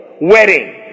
wedding